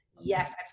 yes